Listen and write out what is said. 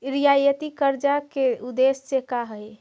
रियायती कर्जा के उदेश्य का हई?